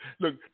look